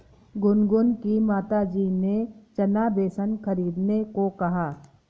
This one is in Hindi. गुनगुन की माताजी ने चना बेसन खरीदने को कहा